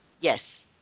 Yes